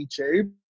YouTube